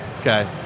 Okay